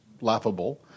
laughable